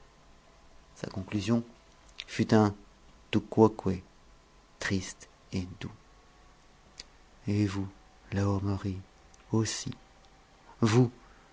sa conclusion fut un tu quoque triste et doux et vous la hourmerie aussi vous